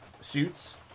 suits